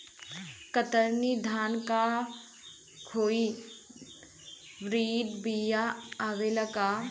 कतरनी धान क high breed बिया आवेला का?